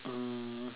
mm